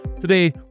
Today